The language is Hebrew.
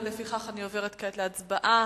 ולפיכך אני עוברת להצבעה.